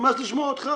נמאס לשמוע אותך.